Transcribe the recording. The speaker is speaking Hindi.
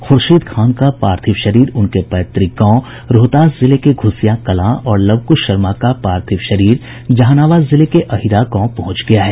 ख़ुर्शीद खान का पार्थिव शरीर उनके पैतृक गांव रोहतास जिले घ्रसियाकलां और लवकुश शर्मा का पार्थिव शरीर जहानाबाद जिले के अहिरा पहुंच गया है